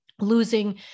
losing